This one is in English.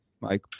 Mike